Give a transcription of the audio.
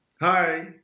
Hi